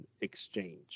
exchange